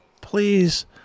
Please